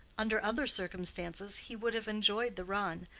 under other circumstances he would have enjoyed the run,